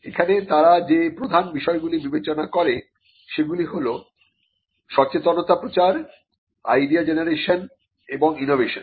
এখানে তারা যে প্রধান বিষয়গুলি বিবেচনা করে সেগুলি হল সচেতনতা প্রচার আইডিয়া জেনারেশন এবং ইনোভেশন